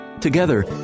together